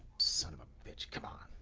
son of a bitch. c'mon!